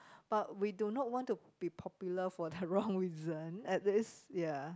but we do not want to be popular for the wrong reason at least ya